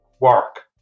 work